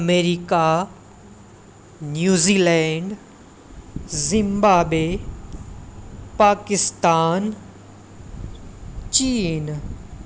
America New Zealand Zimbabwe Pakistan China